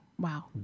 Wow